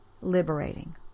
liberating